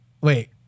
Wait